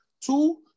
Two